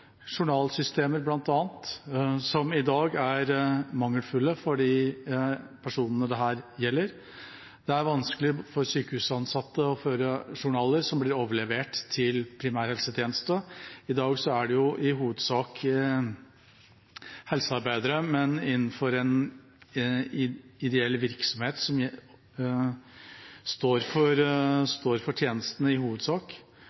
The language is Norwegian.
journalsystemer, som i dag er mangelfulle for de personene det gjelder. Det er vanskelig for sykehusansatte å føre journaler som vil bli overlevert til primærhelsetjenesten. I dag er det i hovedsak helsearbeidere innenfor en ideell virksomhet som står for